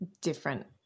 different